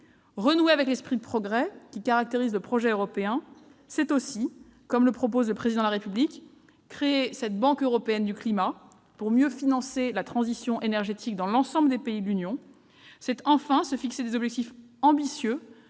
Renouer avec l'esprit de progrès qui caractérise le projet européen, c'est aussi, comme le propose le Président de la République, créer une banque européenne du climat pour mieux financer la transition énergétique dans l'ensemble des pays de l'Union européenne. C'est enfin se fixer des objectifs ambitieux